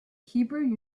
hebrew